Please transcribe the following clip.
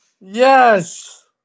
Yes